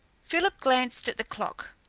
philip glanced at the clock.